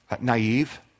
naive